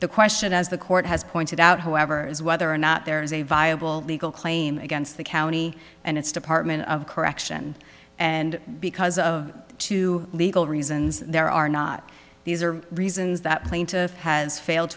the question as the court has pointed out however is whether or not there is a viable legal claim against the county and its department of correction and because of two legal reasons there are not these are reasons that plaintiff has failed